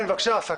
כן, בבקשה עסאקלה.